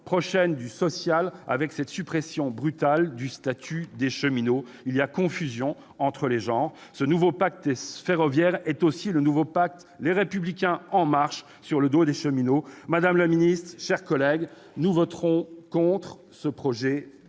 le champ social, avec la suppression brutale du statut des cheminots. Il y a confusion des genres. Ce nouveau pacte ferroviaire est aussi un nouveau pacte Les Républicains -En Marche, conclu sur le dos des cheminots. Madame la ministre, mes chers collègues, nous voterons contre les